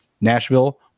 Nashville